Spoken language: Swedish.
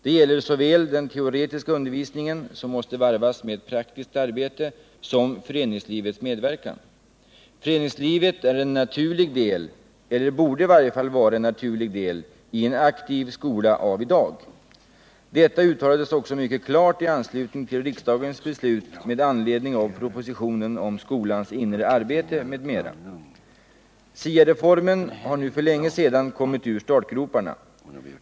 Detta gäller såväl den teoretiska undervisningen, som måste varvas med praktiskt arbete, som föreningslivets medverkan. Föreningslivet ären naturlig del, eller borde i varje fall vara det, i en aktiv skola av i dag. Detta uttalades också mycket klart i anslutning till riksdagens beslut med anledning av propositionen om skolans inre arbete m.m. SIA-reformen har nu för länge sedan kommit ur startgroparna.